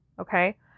Okay